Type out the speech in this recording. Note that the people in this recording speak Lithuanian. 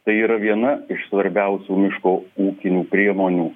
tai yra viena iš svarbiausių miško ūkinių priemonių